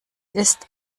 ist